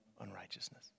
unrighteousness